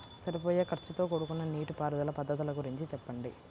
సరిపోయే ఖర్చుతో కూడుకున్న నీటిపారుదల పద్ధతుల గురించి చెప్పండి?